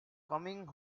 coming